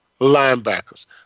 linebackers